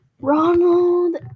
Ronald